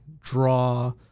draw